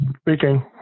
Speaking